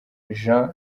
jean